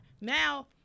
Now